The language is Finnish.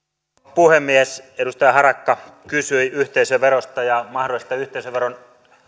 puhemies edustaja harakka kysyi yhteisöverosta ja mahdollisesta yhteisöveron